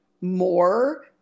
more